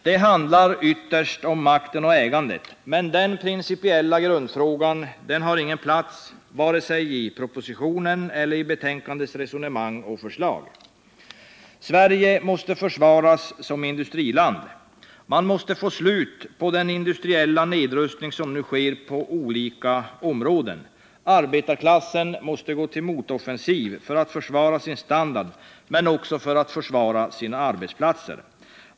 Det handlar ytterst om makten och ägandet, men den principiella grundfrågan har ingen plats vare sig i propositionens eller betänkandets resonemang och förslag. Sverige måste försvaras som industriland. Man måste få slut på den industriella nedrustning som nu sker på olika områden. Arbetarklassen måste gå till motoffensiv för att försvara sin standard, men också för att försvara sina arbetsplatser.